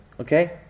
Okay